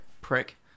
Prick